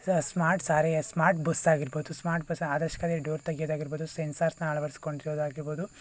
smart ಸಾರಿಗೆ smart bus ಆಗಿರ್ಬೋದು smart bus ಅದಷ್ಟಕ್ಕದೆ ಡೋರ್ ತೆಗ್ಯೋದು ಆಗಿರ್ಬೋದು ಸೆನ್ಸರ್ಸ್ನ ಅಳವಡಿಸ್ಕೊಂಡು ಇರೋದು ಆಗಿರ್ಬೋದು